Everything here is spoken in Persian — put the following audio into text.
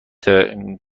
کرواتی